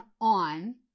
on